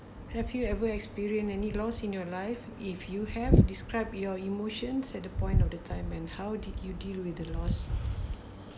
have you ever experienced any loss in your life if you have describe your emotions at the point of the time and how did you deal with the loss